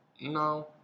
No